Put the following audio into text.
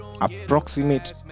approximate